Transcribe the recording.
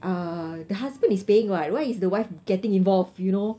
err the husband is paying [what] why is the wife getting involved you know